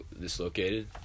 dislocated